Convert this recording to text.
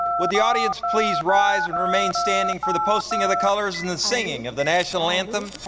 would the audience please rise and remain standing for the posting of the colors and the singing of the national anthem,